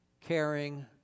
caring